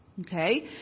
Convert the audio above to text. Okay